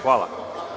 Hvala.